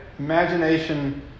Imagination